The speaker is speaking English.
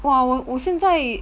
!wah! 我我现在